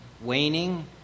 waning